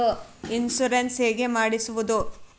Insurance ಹೇಗೆ ಮಾಡಿಸುವುದು?